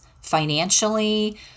financially